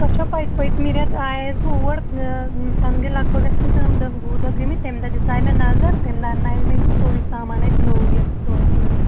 تۄہہِ چھو پتہٕ پٔتمہِ رٮ۪تہٕ آیَس بہٕ اور تَنہٕ گٔے لگ بگ گژھن تِم دہ وُہ دۄہ گٔمٕتۍ تَمہِ دۄہ دِژاے مےٚ نظر تَمہِ دۄہ اَننایہِ مےٚ یِم سورُے سامان اَتہِ نو یَتھ سِٹورَس منٛز